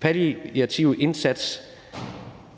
palliative indsats